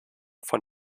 von